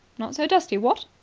not so dusty, what?